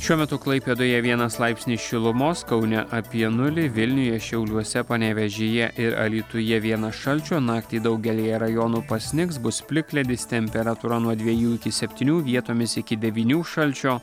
šiuo metu klaipėdoje vienas laipsnis šilumos kaune apie nulį vilniuje šiauliuose panevėžyje ir alytuje vienas šalčio naktį daugelyje rajonų pasnigs bus plikledis temperatūra nuo dviejų iki septynių vietomis iki devynių šalčio